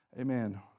Amen